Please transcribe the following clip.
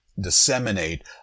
disseminate